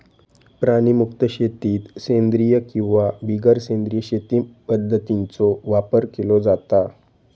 प्राणीमुक्त शेतीत सेंद्रिय किंवा बिगर सेंद्रिय शेती पध्दतींचो वापर केलो जाता